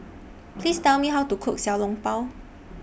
Please Tell Me How to Cook Xiao Long Bao